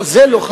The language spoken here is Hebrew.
זה לא חדש.